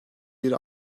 bir